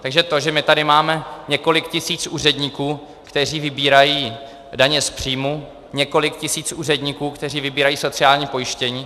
Takže tady máme několik tisíc úředníků, kteří vybírají daně z příjmu, několik tisíc úředníků, kteří vybírají sociální pojištění.